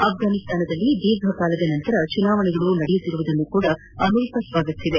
ಆಫ್ರಾನಿಸ್ತಾನದಲ್ಲಿ ಧೀರ್ಘಕಾಲದ ನಂತರ ಚುನಾವಣೆಗಳು ನಡೆಯುತ್ತಿರುವುದನ್ನು ಅಮೆರಿಕ ಸ್ವಾಗತಿಸಿದೆ